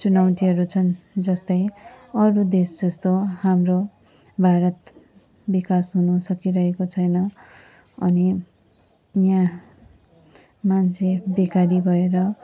चुनौतीहरू छन् जस्तै अरू देश जस्तो हाम्रो भारत विकास हुनु सकिरहेको छैन अनि यहाँ मान्छे बेकारी भएर